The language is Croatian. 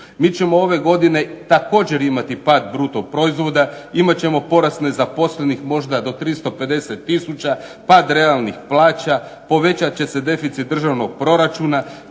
Mi ćemo ove godine također imati pad bruto proizvoda, imat ćemo porast nezaposlenih možda do 350 tisuća, pad realnih plaća, povećat će se deficit državnog proračuna,